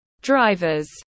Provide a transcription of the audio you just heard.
Drivers